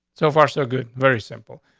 so far, so good. very simple.